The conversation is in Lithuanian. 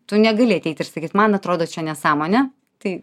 tu negali ateiti ir sakyt man atrodo čia nesąmonė tai